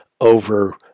over